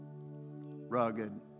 rugged